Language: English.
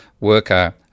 worker